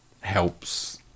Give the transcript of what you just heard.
helps